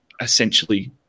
essentially